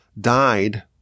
died